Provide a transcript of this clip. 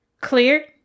Clear